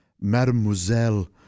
Mademoiselle